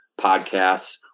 podcasts